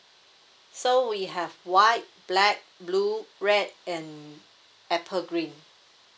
so we have white black blue red and apple green